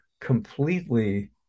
completely